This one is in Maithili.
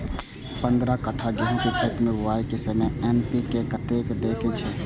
पंद्रह कट्ठा गेहूं के खेत मे बुआई के समय एन.पी.के कतेक दे के छे?